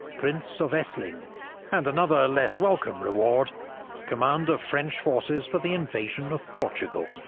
prince of essling and another, less welcome reward command of french forces for the invasion of portugal.